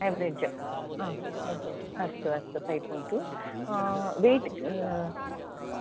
average ह average अस्तु अस्तु फ़ पोयिन्् टु वैयट्